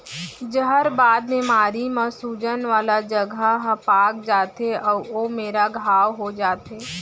जहरबाद बेमारी म सूजन वाला जघा ह पाक जाथे अउ ओ मेरा घांव हो जाथे